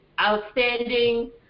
outstanding